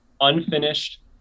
unfinished